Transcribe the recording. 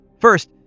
First